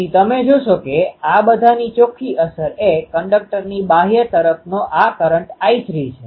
તેથી તમે જોશો કે આ બધાની ચોખ્ખી અસર એ કન્ડક્ટરની બાહ્ય તરફ નો આ કરંટ I3 છે